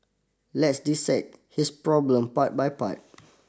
let's dissect this problem part by part